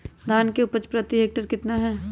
धान की उपज प्रति हेक्टेयर कितना है?